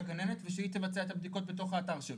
גננת ושהיא תבצע את הבדיקות בתוך האתר שלו.